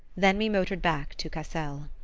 then we motored back to cassel.